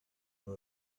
who